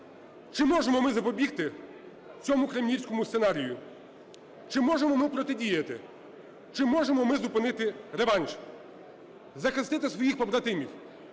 Чи можемо ми запобігти цьому кремлівському сценарію? Чи можемо ми протидіяти? Чи можемо ми зупинити реванш, захистити своїх побратимів,